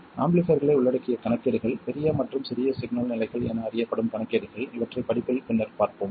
ஆம்பிளிஃபைர்களை உள்ளடக்கிய கணக்கீடுகள் பெரிய மற்றும் சிறிய சிக்னல் நிலைகள் என அறியப்படும் கணக்கீடுகள் இவற்றைப் படிப்பில் பின்னர் பார்ப்போம்